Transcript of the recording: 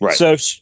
Right